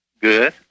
good